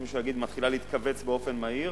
ויש מי שיגיד שמתחילה להתכווץ באופן מהיר.